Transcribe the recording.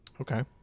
Okay